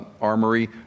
armory